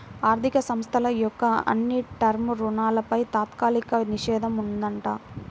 ఆర్ధిక సంస్థల యొక్క అన్ని టర్మ్ రుణాలపై తాత్కాలిక నిషేధం ఉందంట